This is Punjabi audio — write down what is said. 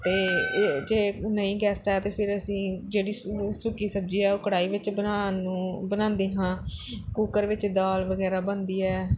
ਅਤੇ ਜੇ ਨਹੀਂ ਗੈਸਟ ਆਇਆ ਤਾਂ ਫਿਰ ਅਸੀਂ ਜਿਹੜੀ ਸੁੱਕੀ ਸਬਜ਼ੀ ਹੈ ਉਹ ਕੜਾਹੀ ਵਿੱਚ ਬਣਾਉਣ ਨੂੰ ਬਣਾਉਂਦੇ ਹਾਂ ਕੁੱਕਰ ਵਿੱਚ ਦਾਲ ਵਗੈਰਾ ਬਣਦੀ ਹੈ